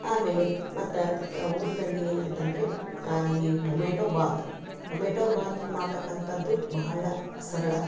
ಆಮೇಲೆ ಮತ್ತೆ ಊಟದಲ್ಲಿ ಅಂತಂದರೆ ಈ ಟೊಮೆಟೊ ಬಾತ್ ಟೊಮೆಟೊ ಬಾತ್ ಮಾಡ್ತಕ್ಕಂಥದ್ದು ಬಹಳ ಸರಳ